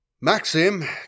Maxim